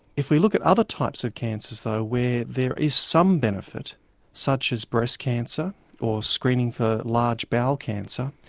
if we look at other types of cancers though, where there is some benefit such as breast cancer or screening for large bowel cancer,